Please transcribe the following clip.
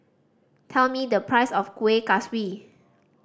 tell me the price of Kueh Kaswi